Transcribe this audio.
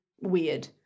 weird